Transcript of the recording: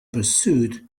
pursuit